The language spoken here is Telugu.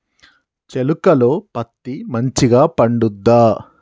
చేలుక లో పత్తి మంచిగా పండుద్దా?